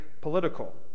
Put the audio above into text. political